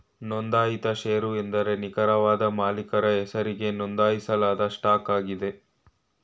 ನೊಂದಾಯಿತ ಶೇರು ಎಂದ್ರೆ ನಿಖರವಾದ ಮಾಲೀಕರ ಹೆಸರಿಗೆ ನೊಂದಾಯಿಸಲಾದ ಸ್ಟಾಕ್ ಆಗಿದೆ